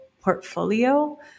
portfolio